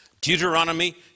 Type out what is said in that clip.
Deuteronomy